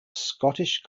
scottish